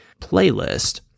playlist